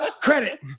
Credit